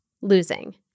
losing